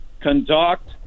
conduct